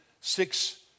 six